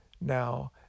now